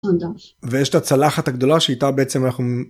ויש את הצלחת הגדולה שאיתה בעצם אנחנו.